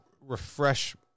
refresh